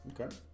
Okay